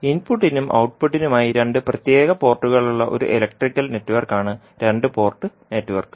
ഇൻപുട്ടിനും ഔട്ട്പുട്ടിനുമായി രണ്ട് പ്രത്യേക പോർട്ടുകളുള്ള ഒരു ഇലക്ട്രിക്കൽ നെറ്റ്വർക്കാണ് രണ്ട് പോർട്ട് നെറ്റ്വർക്ക്